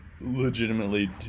legitimately